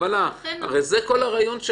מה שהוועדה